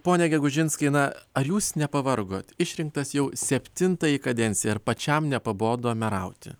pone gegužinskai na ar jūs nepavargot išrinktas jau septintai kadencijai ar pačiam nepabodo merauti